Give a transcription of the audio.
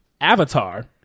avatar